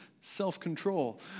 self-control